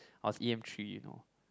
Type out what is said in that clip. I was e_m three you know